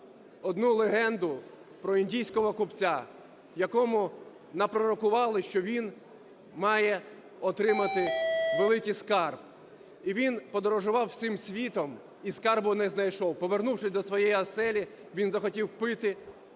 одну легенду про індійського купця, якому напророкували, що він має отримати великий скарб. І він подорожував всім світом і скарбу не знайшов. Повернувшись до своєї оселі, він захотів пити і